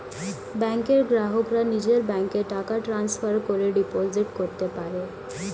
ব্যাংকের গ্রাহকরা নিজের ব্যাংকে টাকা ট্রান্সফার করে ডিপোজিট করতে পারে